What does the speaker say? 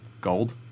gold